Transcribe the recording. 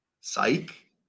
Psych